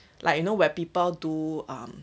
like you know where people do um